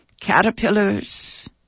Caterpillars